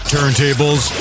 Turntables